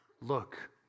Look